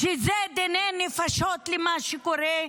שזה דיני נפשות למה שקורה,